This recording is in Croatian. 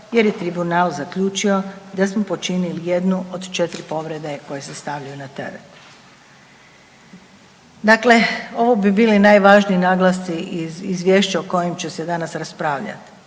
jer je Tribunal zaključio da smo počinili jednu od 4 povrede koje se stavljaju na teret. Dakle, ovo bi bili najvažniji naglasci iz Izvješća o kojem će se danas raspravljati.